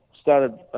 Started